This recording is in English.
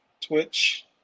Twitch